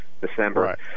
December